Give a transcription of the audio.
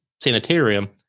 Sanitarium